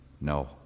No